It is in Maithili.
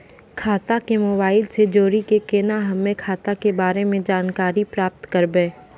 खाता के मोबाइल से जोड़ी के केना हम्मय खाता के बारे मे जानकारी प्राप्त करबे?